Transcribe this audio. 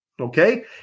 okay